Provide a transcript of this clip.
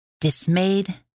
Dismayed